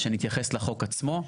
שנתייחס לחוק עצמו,